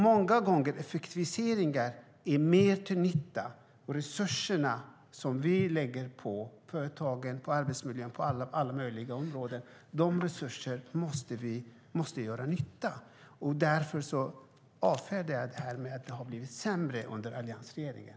Många gånger är effektiviseringar till mer nytta, och resurserna som vi lägger på företagen och arbetsmiljön måste göra nytta. Därför avfärdar jag påståendet att det har blivit sämre under alliansregeringen.